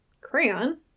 crayon